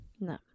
No